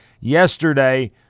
yesterday